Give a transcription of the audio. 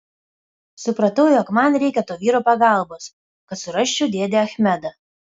supratau jog man reikia to vyro pagalbos kad surasčiau dėdę achmedą